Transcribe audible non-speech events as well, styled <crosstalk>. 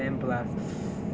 then plus <noise>